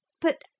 But